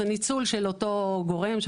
זה ניצול של אותו גורם.